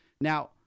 Now